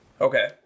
Okay